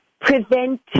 prevent